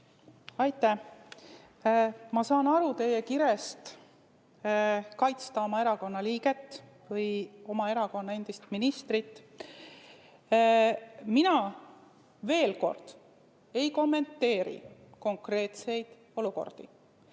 toimida. Ma saan aru teie kirest kaitsta oma erakonna liiget või oma erakonna endist ministrit. Mina, veel kord, ei kommenteeri neid konkreetseid olukordi.